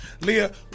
leah